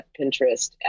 Pinterest